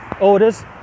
orders